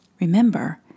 Remember